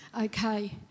okay